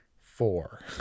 Four